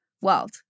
world